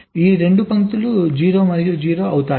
ఈ రెండు పంక్తులు 0 మరియు 0 అవుతాయి